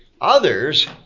Others